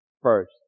first